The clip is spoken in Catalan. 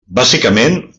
bàsicament